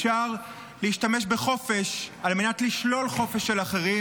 אפשר להשתמש בחופש על מנת לשלול חופש של אחרים.